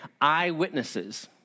eyewitnesses